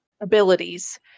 abilities